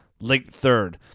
late-third